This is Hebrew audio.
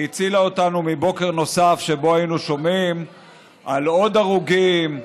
שהצילה אותנו מבוקר נוסף שבו היינו שומעים על עוד הרוגים,